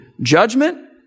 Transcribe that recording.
judgment